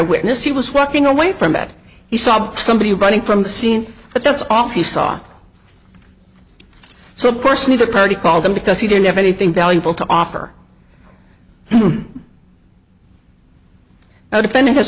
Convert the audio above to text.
witness he was walking away from that he saw somebody running from the scene but that's off he saw so of course neither party called him because he didn't have anything valuable to offer and now defend